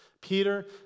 Peter